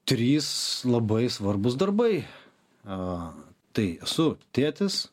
trys labai svarbūs darbai a tai esu tėtis